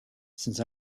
since